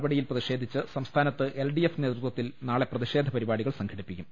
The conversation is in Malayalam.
നടപടിയിൽ പ്രതിഷേധിച്ച് സംസ്ഥാനത്ത് എൽഡിഎഫ് നേതൃ ത്വത്തിൽ നാളെ പ്രതിഷേധ പരിപാടികൾ സംഘടിപ്പിക്കും